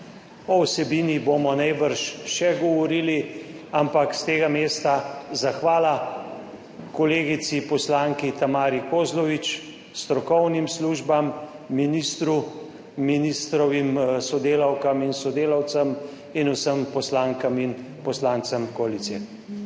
o vsebini bomo najbrž še govorili, ampak s tega mesta zahvala kolegici poslanki Tamari Kozlovič, strokovnim službam, ministru, ministrovim sodelavkam in sodelavcem in vsem poslankam in poslancem koalicije